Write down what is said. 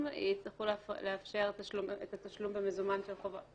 יצטרכו לאפשר את התשלום במזומן של חובות?